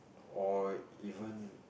or even